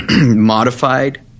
modified